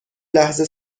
لحظه